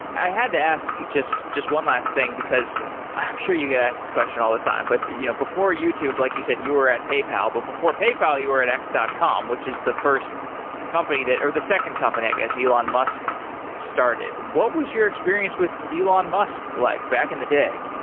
i had to ask just just one last thing, because i'm sure you get asked this question all the time, but you know before youtube, like you said, you were at paypal. but before paypal, you were at x dot com, which is the first company that, or the second company, i guess elon musk started. what was your experience with elon musk like back in the day?